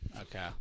Okay